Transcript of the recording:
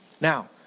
Now